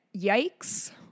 yikes